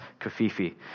kafifi